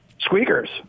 squeakers